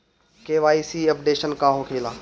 KYC updation का होखेला?